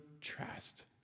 trust